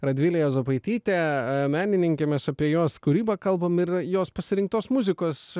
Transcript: radvilė juozapaitytė menininkė mes apie jos kūrybą kalbam ir jos pasirinktos muzikos